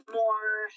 more